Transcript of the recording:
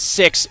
six